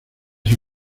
sus